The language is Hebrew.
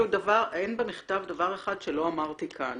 אין במכתב ולו דבר אחד שלא נאמר כאן